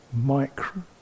micro